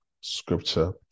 scripture